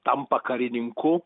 tampa karininku